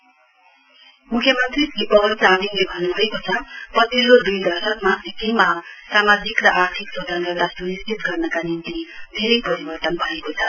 CM मुख्यमन्त्री श्री पवन चामलिङले भन्नुभएको छ पछिल्लो द्ई दशकमा सिक्किममा सामाजिक र आर्थिक स्वतन्त्रता सुनिश्चितका निम्ति धेरै परिवर्तन भएको छ